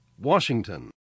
Washington